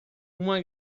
uma